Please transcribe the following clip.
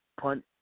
punt